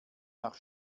nach